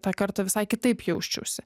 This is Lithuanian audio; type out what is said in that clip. tą kartą visai kitaip jausčiausi